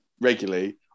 regularly